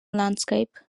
landscape